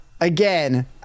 Again